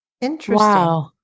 Interesting